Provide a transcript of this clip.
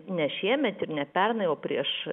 ne šiemet ir ne pernai o prieš